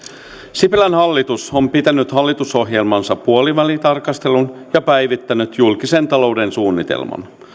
sipilän hallitus on pitänyt hallitusohjelmansa puolivälitarkastelun ja päivittänyt julkisen talouden suunnitelman